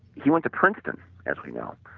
he went to princeton as we know,